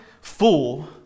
full